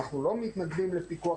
אנחנו לא מתנגדים לפיקוח,